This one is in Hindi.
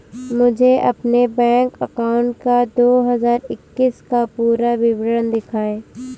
मुझे अपने बैंक अकाउंट का दो हज़ार इक्कीस का पूरा विवरण दिखाएँ?